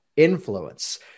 influence